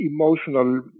emotional